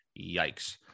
Yikes